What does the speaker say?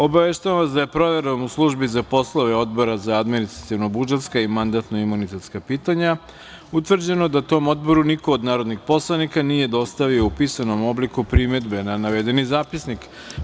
Obaveštavam vas da je proverom u službi za poslove Odbora za administrativno-budžetska i mandatno-imunitetska pitanja utvrđeno da tom odboru niko od narodnih poslanika nije dostavio u pisanom obliku primedbe na navedeni zapisnik.